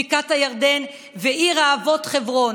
בקעת הירדן ועיר האבות חברון,